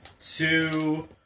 two